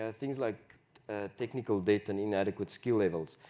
ah things like technical data and inadequate skill levels,